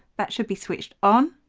that should be switched on.